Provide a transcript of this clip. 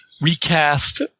recast